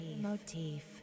motif